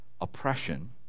oppression